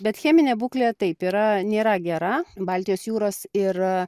bet cheminė būklė taip yra nėra gera baltijos jūros ir